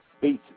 beats